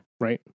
Right